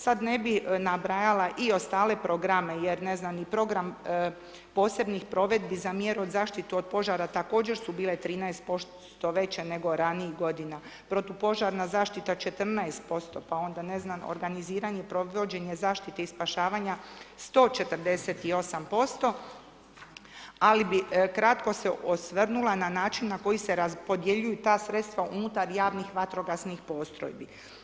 Sad ne bi nabrajala i ostale programe jer ne znam ni program posebnih provedbi za mjeru od zaštitu od požara također su bile 13% veće nego ranijih godina, protupožarna zaštita 14%, pa onda ne znam organiziranje provođenja zaštite i spašavanja 148%, ali bi kratko se osvrnula na način na koji se raspodjeljuju ta sredstva unutar javnih vatrogasnih postrojbi.